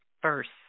first